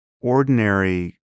ordinary